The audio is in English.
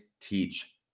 teach